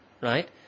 right